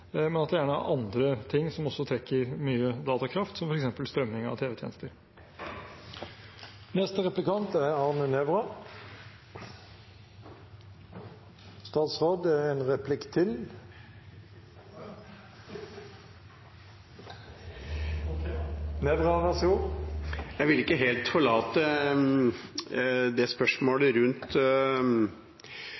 men at det gjerne er andre ting som trekker mye datakraft, f.eks. strømming av tv-tjenester. Jeg vil ikke helt forlate spørsmålet